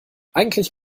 eigentlich